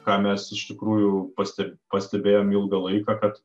ką mes iš tikrųjų paste pastebėjom ilgą laiką kad